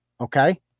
Okay